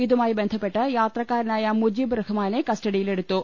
ഇതുമായി ബന്ധ പ്പെട്ട് യാത്രക്കാരനായ മുജീബ് റഹ്മാനെ എന്നയാളെ കസ്റ്റ ഡിയിലെടുത്തു